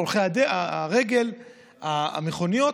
את הולכי הרגל והמכוניות,